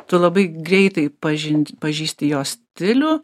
tu labai greitai pažint pažįsti jo stilių